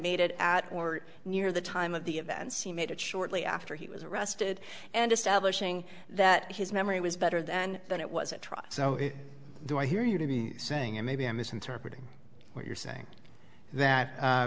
made at or near the time of the events he made it shortly after he was arrested and establishing that his memory was better then than it was at trial so do i hear you to be saying and maybe i'm misinterpreting what you're saying that